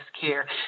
care